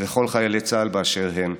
ולכל חיילי צה"ל באשר הם,